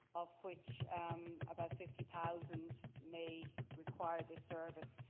of which about fifty thousand may require this service.